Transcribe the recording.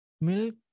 Milk